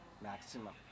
maximum